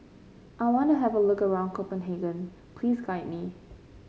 I want to have a look around Copenhagen please guide me